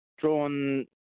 drawn